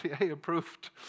approved